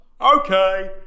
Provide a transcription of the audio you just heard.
Okay